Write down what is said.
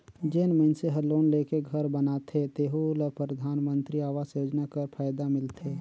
जेन मइनसे हर लोन लेके घर बनाथे तेहु ल परधानमंतरी आवास योजना कर फएदा मिलथे